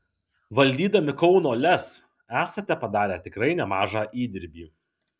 valdydami kauno lez esate padarę tikrai nemažą įdirbį